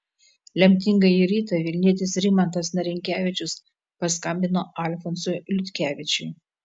lemtingąjį rytą vilnietis rimantas narinkevičius paskambino alfonsui liutkevičiui